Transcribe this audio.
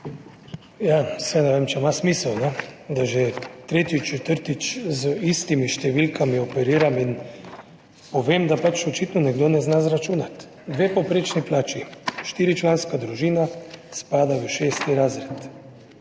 Ja, saj ne vem, če ima smisel, da že tretjič, četrtič z istimi številkami operiram in povem, da očitno nekdo ne zna izračunati. Dve povprečni plači, štiričlanska družina spada v šesti razred.